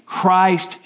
Christ